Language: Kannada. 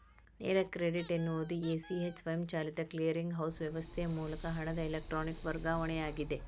ನೇರ ಕ್ರೆಡಿಟ್ ಎನ್ನುವುದು ಎ, ಸಿ, ಎಚ್ ಸ್ವಯಂಚಾಲಿತ ಕ್ಲಿಯರಿಂಗ್ ಹೌಸ್ ವ್ಯವಸ್ಥೆಯ ಮೂಲಕ ಹಣದ ಎಲೆಕ್ಟ್ರಾನಿಕ್ ವರ್ಗಾವಣೆಯಾಗಿದೆ